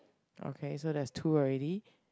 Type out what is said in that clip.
okay so that's two already